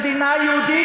המדינה היהודית,